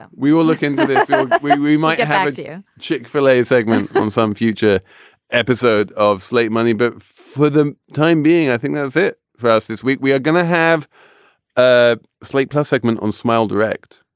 and we will look into this we we might have had you chick-fil-a segment on some future episode of slate money, but for the time being, i think that's it for us this week. we are going to have ah slate plus segment on smilde wrecked.